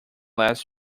last